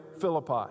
Philippi